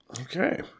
okay